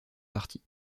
partie